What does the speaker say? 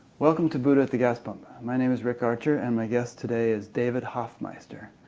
welcome to buddha at the gas pump. my name is rick archer and my guest today is david hoffmeister.